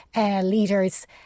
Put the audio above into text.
leaders